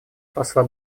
посла